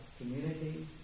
community